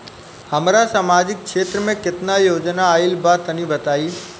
हमरा समाजिक क्षेत्र में केतना योजना आइल बा तनि बताईं?